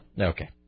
Okay